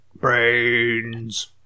Brains